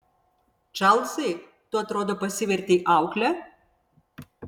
čarlzai tu atrodo pasivertei aukle